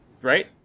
right